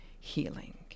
healing